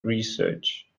research